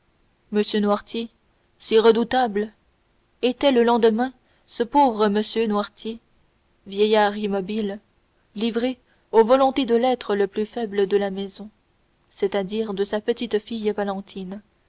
m noirtier si redoutable était le lendemain ce pauvre monsieur noirtier vieillard immobile livré aux volontés de l'être le plus faible de la maison c'est-à-dire de sa petite-fille valentine